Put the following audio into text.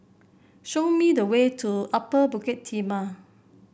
show me the way to Upper Bukit Timah